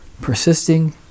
Persisting